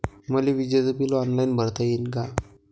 मले विजेच bill online भरता येईन का?